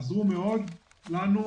עזרו מאוד לנו,